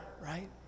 right